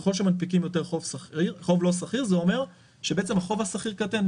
ככל שמנפיקים יותר חוב לא סחיר זה אומר שהחוב הסחיר קטן,